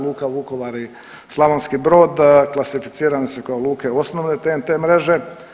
Luka Vukovar i Slavonski Brod klasificirani su kao luke osnovne TEN-T mreže.